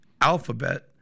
Alphabet